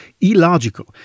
illogical